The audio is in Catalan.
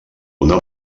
una